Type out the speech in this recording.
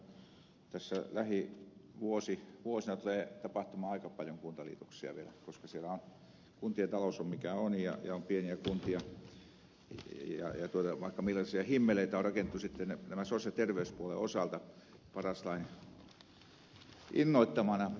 minä epäilen jotta tässä lähivuosina tulee tapahtumaan aika paljon kuntaliitoksia vielä koska kuntien talous on mikä on ja on pieniä kuntia ja vaikka minkälaisia himmeleitä on rakennettu sitten sosiaali ja terveyspuolen osalta paras lain innoittamana